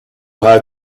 how